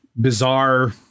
bizarre